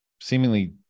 seemingly